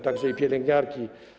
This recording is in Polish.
Także i pielęgniarki.